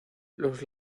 los